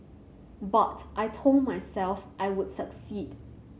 but I told myself I would succeed